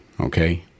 okay